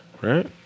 right